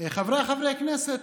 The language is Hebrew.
חבריי חברי הכנסת,